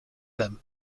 them